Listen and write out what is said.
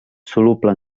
soluble